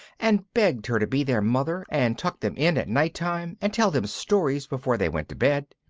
and begged her to be their mother, and tuck them in at night-time, and tell them stories before they went to bed.